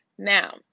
Now